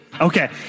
Okay